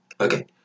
Okay